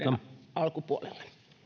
alkupuolella